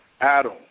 Adam